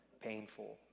painful